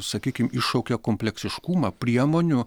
sakykim iššaukia kompleksiškumą priemonių